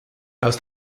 aus